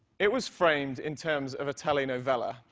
it was framed in terms of a telenovela,